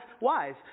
wise